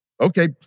Okay